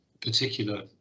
particular